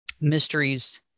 mysteries